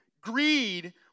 greed